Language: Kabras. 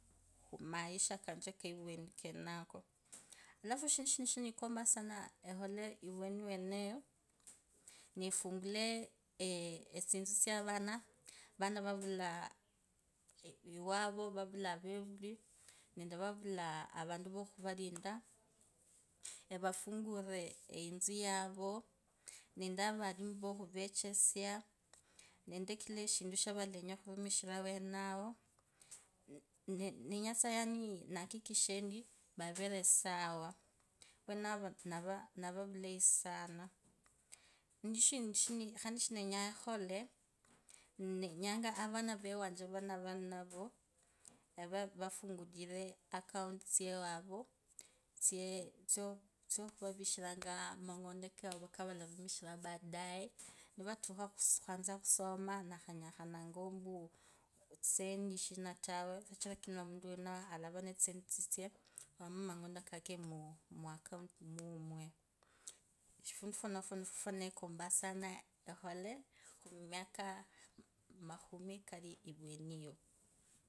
Maisha kanje keveveni kenako. Alafu ishindu shinti shinikombango sana, ekhole embeli weneyo eafungulee aetsitsu tsa vana, vana vavulaa ewavo, vavula evevun vavula avantu voo khuvalindu avafungulire eyitsu yavo, nende avantu volohuvechesia nende kila eshindu shavalenya khurumishira. Nakisheendi enti ravere sawa wenao nava nava vulai sana. Shindu shindii khandi shenenyakha khole, nenyanga vana vanje vanava ninavo vivekulie account isewavo ise. Isekhuvavishiranga mangondo kavo kabaadae navatukha khu- khosoma nakhanyakhanga ombo tsisendi shina tawe, shichira kila omuntu alava nende asasendi tsitse nomba mangondo mm. muaccount mumwe. Fundu fwenofo nifwo fwene kombanga sana ekhole khumiaka makhumi kali ivweni iyo.